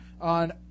on